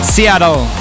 Seattle